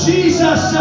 Jesus